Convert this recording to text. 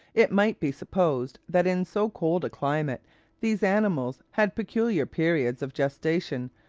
it might be supposed that in so cold a climate these animals had peculiar periods of gestation,